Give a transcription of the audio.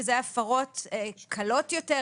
שאלה הפרות קלות יתר,